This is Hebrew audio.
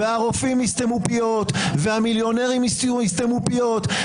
והרופאים יסתמו פיות והמיליונרים יסתמו פיות,